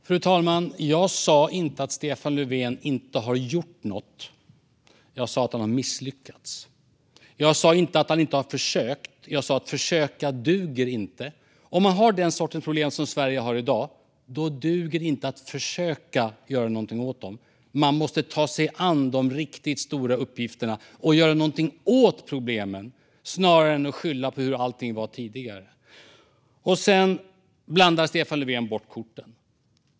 Fru talman! Jag sa inte att Stefan Löfven inte har gjort något. Jag sa att han har misslyckats. Jag sa inte att han inte har försökt. Jag sa att försöka duger inte. Om man har den sorts problem som Sverige har i dag duger det inte att försöka göra någonting åt dem. Man måste ta sig an de riktigt stora uppgifterna och göra någonting åt problemen snarare än att skylla på hur allting var tidigare. Stefan Löfven blandar bort korten.